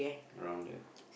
around there